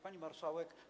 Pani Marszałek!